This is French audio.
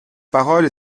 parole